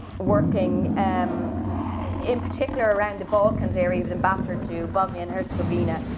working, um in particular, around the balkans area, he was ambassador to bosnia and herzegovina,